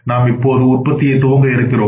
நாம் இப்போது உற்பத்தியை துவங்க இருக்கிறோம்